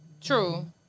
True